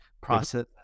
process